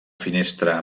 finestra